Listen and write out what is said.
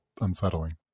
unsettling